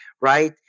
right